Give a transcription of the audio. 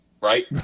right